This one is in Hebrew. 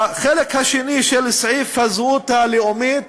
החלק השני של סעיף הזהות הלאומית